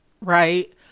right